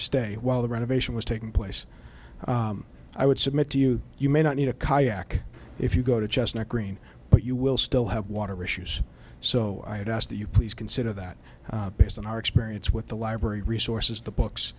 stay while the renovation was taking place i would submit to you you may not need a kayak if you go to chestnut green but you will still have water issues so i would ask that you please consider that based on our experience with the library resources the books